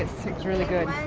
it was really good.